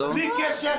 בלי קשר אם